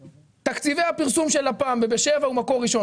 תקציבי הפרסום של לפ"מ ב"בשבע" וב"מקור ראשון"